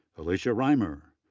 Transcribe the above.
alicia rhymer,